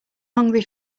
hungry